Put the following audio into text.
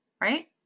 right